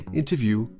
interview